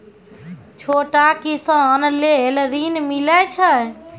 छोटा किसान लेल ॠन मिलय छै?